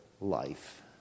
life